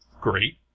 great